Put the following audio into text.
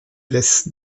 laisse